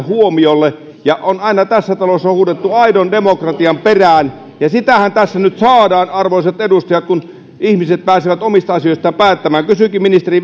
huomiolle aina tässä talossa on huudettu aidon demokratian perään ja sitähän tässä nyt saadaan arvoisat edustajat kun ihmiset pääsevät omista asioistaan päättämään kysynkin ministeri